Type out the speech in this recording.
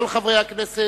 אבל, חברי הכנסת,